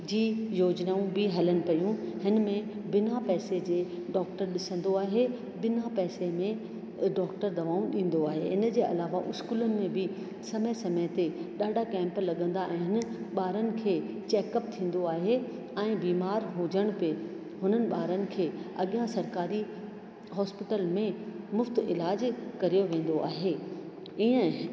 जी योजनाऊं बि हलनि पियूं हिन में बिना पैसे जे डॉक्टर ॾिसंदो आहे बिना पैसे में डॉक्टर दवाऊं ॾींदो आहे इन जे अलावा स्कूलनि में बि समय समय ते ॾाढा कैंप लॻंदा आहिनि ॿारनि खे चैकअप थींदो आहे ऐं बीमारु हुजण ते हुननि ॿारनि खे अॻियां सरकारी हॉस्पिटल में मुफ़्त इलाजु करे वेंदो आहे ईअं